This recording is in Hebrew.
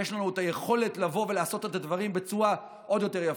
יש לנו את היכולת לבוא ולעשות את הדברים בצורה עוד יותר יפה.